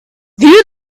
view